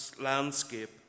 landscape